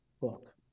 book